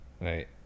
Right